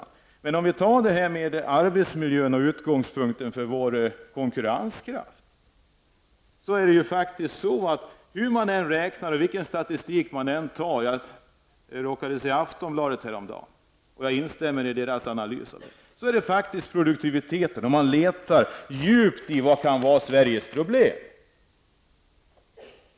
Det har här talats om arbetsmiljön och vad som är utgångspunkten för vår konkurrenskraft. Jag instämmer i den analys därav som presenterades i Aftonbladet häromdagen. Men det är faktiskt den bristande produktiviteten som i dag är Sveriges stora problem.